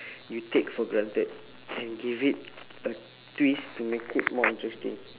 you take for granted and give it a twist to make it more interesting